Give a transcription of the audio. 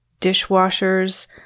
dishwashers